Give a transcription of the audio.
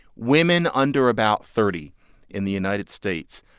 women under about thirty in the united states,